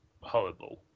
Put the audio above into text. horrible